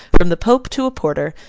from the pope to a porter,